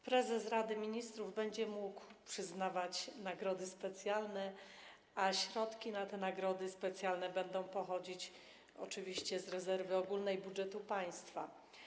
Prezes Rady Ministrów będzie mógł przyznawać nagrody specjalne, a środki na te nagrody specjalne będą pochodzić oczywiście z rezerwy ogólnej budżetu państwa.